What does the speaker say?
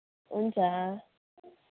हुन्छ